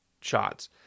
shots